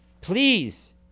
please